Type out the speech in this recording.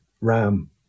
RAM